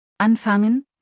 anfangen